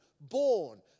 born